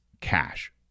cash